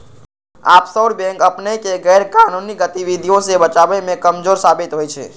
offshore bank अपनेके गैरकानूनी गतिविधियों से बचाबे में कमजोर साबित होइ छइ